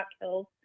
Hills